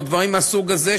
או דברים מהסוג הזה,